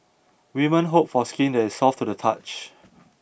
women hope for skin that is soft to the touch